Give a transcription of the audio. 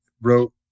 wrote